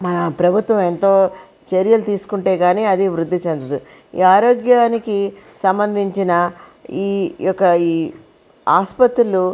మా ప్రభుత్వం ఎంతో చర్యలు తీసుకుంటే కాని అది వృద్ధి చెందదు ఈ ఆరోగ్యానికి సంబంధించిన ఈ యొక్క ఈ హాస్పత్రులు